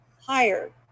higher